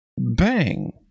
Bang